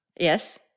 Yes